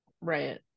Right